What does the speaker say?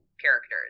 characters